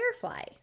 firefly